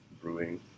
brewing